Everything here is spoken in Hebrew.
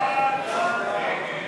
הוועדה לאנרגיה אטומית,